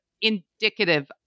indicative